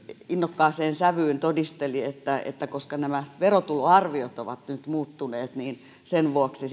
innokkaaseen sävyyn todisteli että että koska nämä verotuloarviot ovat nyt muuttuneet niin sen vuoksi